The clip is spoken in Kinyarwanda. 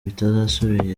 bitazasubira